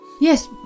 yes